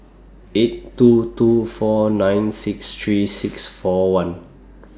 eight two two four nine six three six four one